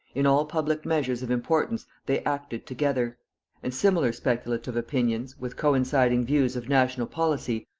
in all public measures of importance they acted together and similar speculative opinions, with coinciding views of national policy,